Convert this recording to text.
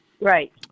Right